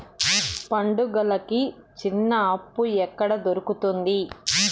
పండుగలకి చిన్న అప్పు ఎక్కడ దొరుకుతుంది